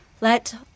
Let